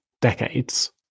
decades